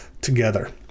together